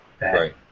Right